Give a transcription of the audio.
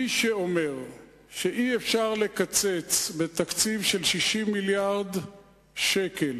מי שאומר שאי-אפשר לקצץ בתקציב של 60 מיליארד שקל